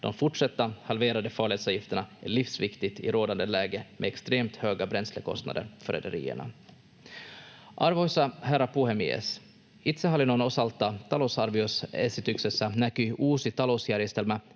De fortsatta halverade farledsavgifterna är livsviktiga i rådande läge med extremt höga bränslekostnader för rederierna. Arvoisa herra puhemies! Itsehallinnon osalta talousarvioesityksessä näkyy uusi talousjärjestelmä,